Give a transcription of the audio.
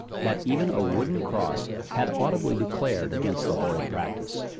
that even a wooden cross had audibly declared against the horrid practice.